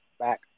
back